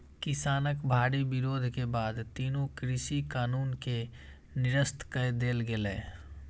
किसानक भारी विरोध के बाद तीनू कृषि कानून कें निरस्त कए देल गेलै